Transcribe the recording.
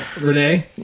Renee